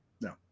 No